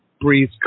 Breathe